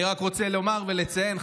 אני רק רוצה לומר ולציין,